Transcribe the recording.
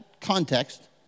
context